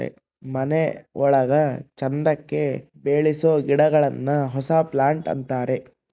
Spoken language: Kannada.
ಮನೆ ಒಳಗ ಚಂದಕ್ಕೆ ಬೆಳಿಸೋ ಗಿಡಗಳನ್ನ ಹೌಸ್ ಪ್ಲಾಂಟ್ ಅಂತಾರೆ